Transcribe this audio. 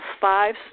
five